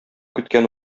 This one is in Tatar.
көткән